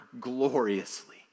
gloriously